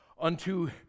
unto